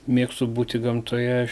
mėgstu būti gamtoje aš